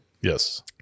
Yes